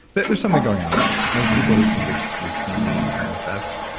but there's something going on there. there's people who can just routinely manifest,